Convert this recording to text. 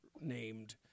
named